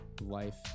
life